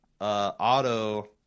auto